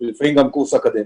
לפעמים גם קורס אקדמי.